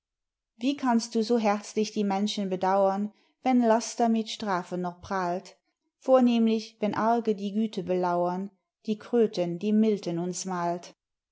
wie kannst du so herzlich die menschen bedauren wenn laster mit strafe noch prahlt vornehmlich wenn arge die güte belauren die kröten die milton uns malt